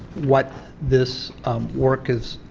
what this work is